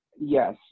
Yes